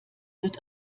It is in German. wird